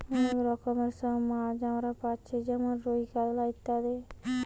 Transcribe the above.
অনেক রকমের সব মাছ আমরা পাচ্ছি যেমন রুই, কাতলা ইত্যাদি